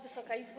Wysoka Izbo!